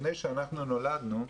לפני שאנחנו נולדנו,